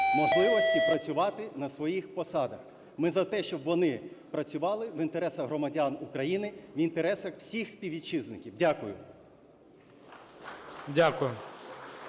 можливості працювати на своїх посадах. Ми за те, щоб вони працювали в інтересах громадян України, в інтересах всіх співвітчизників. Дякую.